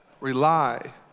rely